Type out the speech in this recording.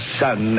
son